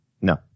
No